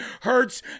hurts